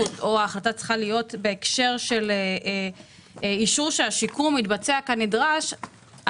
צריכה להיות בהקשר שאישום שהשיקום יתבצע כנדרש,